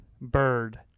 Bird